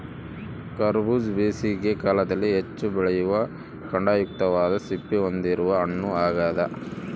ಕರಬೂಜ ಬೇಸಿಗೆ ಕಾಲದಲ್ಲಿ ಹೆಚ್ಚು ಬೆಳೆಯುವ ಖಂಡಯುಕ್ತವಾದ ಸಿಪ್ಪೆ ಹೊಂದಿರುವ ಹಣ್ಣು ಆಗ್ಯದ